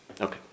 Okay